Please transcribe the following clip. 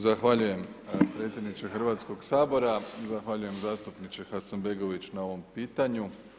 Zahvaljujem predsjedniče Hrvatskog sabora, zahvaljujem zastupniče Hasanbegović na ovom pitanju.